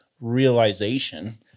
realization